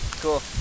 Cool